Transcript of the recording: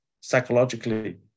psychologically